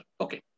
Okay